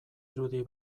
irudi